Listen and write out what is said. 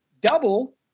double